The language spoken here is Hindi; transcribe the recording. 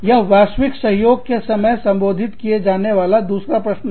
यह वैश्विक सहयोग के समय संबोधित किए जाने वाला दूसरा प्रश्न है